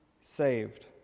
saved